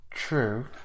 True